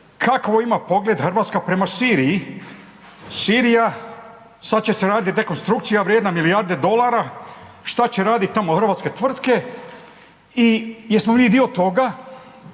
kakav ima pogled Hrvatska prema Siriji? Sirija, sad će se raditi rekonstrukcija vrijedna milijarde dolara, šta će radit tamo hrvatske tvrtke i jesmo li dio toga